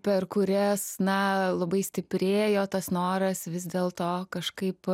per kurias na labai stiprėjo tas noras vis dėl to kažkaip